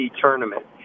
tournament